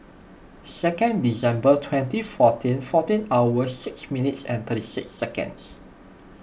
second December twenty fourteen fourteen hour six minutes and thirty six seconds